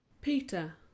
Peter